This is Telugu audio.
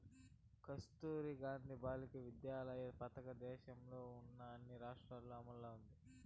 కస్తుర్బా గాంధీ బాలికా విద్యాలయ పథకం దేశంలో ఉన్న అన్ని రాష్ట్రాల్లో అమలవుతోంది